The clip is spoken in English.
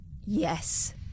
Yes